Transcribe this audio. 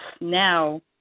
now